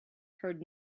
heard